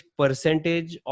percentage